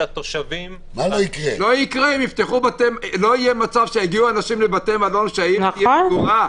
לא יהיה מצב שיגיעו אנשים לבתי המלון כשהעיר תהיה סגורה.